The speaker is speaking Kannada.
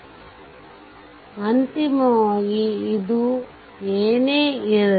ಆದ್ದರಿಂದ ಅಂತಿಮವಾಗಿ ಇದು ಏನೇ ಇರಲಿ